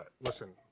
Listen